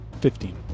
Fifteen